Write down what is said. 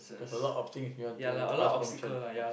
there's a lot of things you want to ask permission of